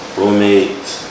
roommates